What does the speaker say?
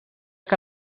que